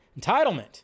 Entitlement